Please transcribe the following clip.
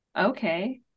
Okay